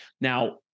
Now